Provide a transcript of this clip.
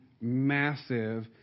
massive